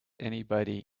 anybody